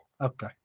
Okay